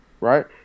right